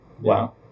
Wow